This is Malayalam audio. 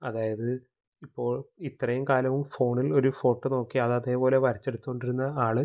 അതായത് ഇപ്പോള് ഇത്രയും കാലം ഫോണിലൊരു ഫോട്ടോ നോക്കി അത് അതേപോലെ വരച്ചെടുത്തോ ണ്ടിരുന്ന ആള്